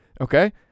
okay